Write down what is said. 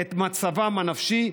בגלל מצבם הנפשי,